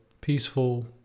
peaceful